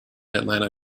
atlanta